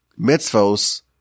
mitzvos